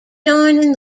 joining